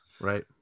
Right